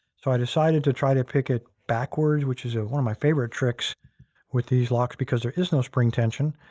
so i decided to try to pick it backwards, which is ah one of my favorite tricks with these locks because there is no spring tension.